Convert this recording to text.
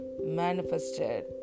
manifested